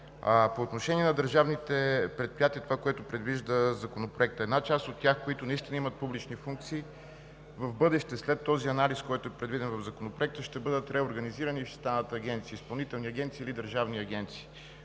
По отношение на държавните предприятия, което предвижда Законопроектът – една част от тях, които наистина имат публични функции, в бъдеще, след анализа, който е предвиден в Законопроекта, ще бъдат реорганизирани и ще станат изпълнителни или държавни агенции.